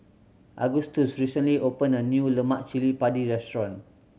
Agustus recently opened a new lemak cili padi restaurant